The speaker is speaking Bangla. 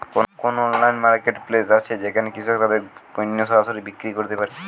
কোন অনলাইন মার্কেটপ্লেস আছে যেখানে কৃষকরা তাদের পণ্য সরাসরি বিক্রি করতে পারে?